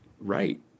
right